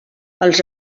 els